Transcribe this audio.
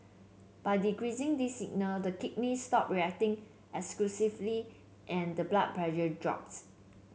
by decreasing these signal the kidneys stop reacting and the blood pressure drops